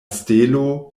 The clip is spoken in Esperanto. stelo